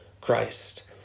Christ